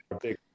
Big